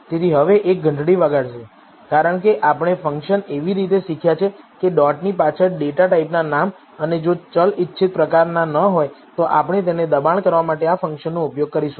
તેથી હવે આ એક ઘંટડી વગાડશે કારણ કે આપણે ફંકશન એવી રીતે શીખ્યા છે કે ડોટની પાછળ ડેટા ટાઈપનાં નામ અને જો ચલ ઇચ્છિત પ્રકારનાં ન હોય તો આપણે તેને દબાણ કરવા માટે આ ફંકશનનો ઉપયોગ કરીશું